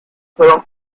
fueron